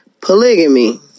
polygamy